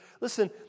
listen